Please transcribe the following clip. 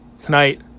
tonight